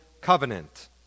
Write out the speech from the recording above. Covenant